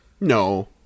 No